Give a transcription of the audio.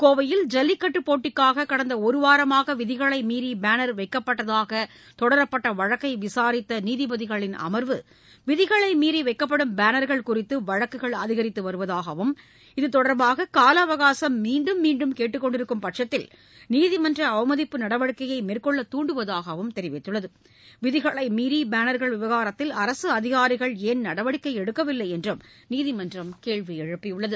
கோவையில் ஜல்லிக்கட்டு போட்டிக்காக கடந்த ஒரு வாரமாக விதிகளை மீறி பேனர் வைக்கப்பட்டதாக தொடரப்பட்ட வழக்கை விசாரித்த நீதிபதிகளின் அமர்வு விதிகள் மீறி வைக்கப்படும் பேனர்கள் குறித்து வழக்குகள் அதிகரித்து வருவதாகவும் இத்தொடர்பாக கால அவகாசம் மீண்டும் மீண்டும் கேட்டுக்கொண்டிருக்கும் பட்சத்தில் நீதிமன்ற அவமதிப்பு நடவடிக்கையை மேற்கொள்ள தூண்டுவதாகவும் தெரிவித்தது விதிகளை மீறிய பேனர்கள் விவகாரத்தில் அரசு அதிகாரிகள் ஏன் நடவடிக்கை எடுக்கவில்லை என்றும் நீதிமன்றம் கேள்வி எழுப்பியுள்ளது